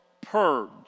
purge